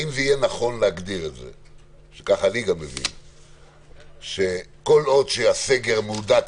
האם יהיה נכון לומר שכל עוד הסגר המהודק